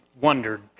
wondered